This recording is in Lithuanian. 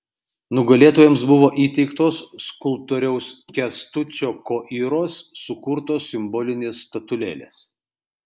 nugalėtojams buvo įteiktos skulptoriaus kęstučio koiros sukurtos simbolinės statulėlės